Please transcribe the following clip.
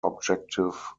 objective